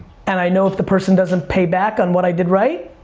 and i know if the person doesn't pay back on what i did right,